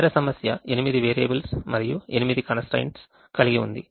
ఇతర సమస్య ఎనిమిది వేరియబుల్స్ మరియు ఎనిమిది constraints కలిగి ఉంది